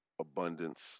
abundance